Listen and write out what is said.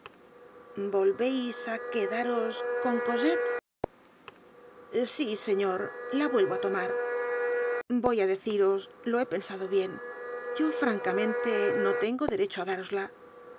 volveis á que da ros con cosette sí señor la vuelvoá tomar voy á deciros lo he pensado bien yo francamente no tengo derecho á dárosla